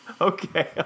Okay